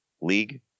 league